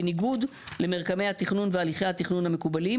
בניגוד למרקמי התכנון והליכי התכנון המקובלים,